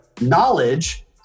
knowledge